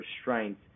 restraint